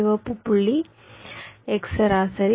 சிவப்பு புள்ளி x சராசரி